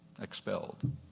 expelled